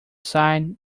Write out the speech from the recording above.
sign